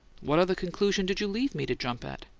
what other conclusion did you leave me to jump at?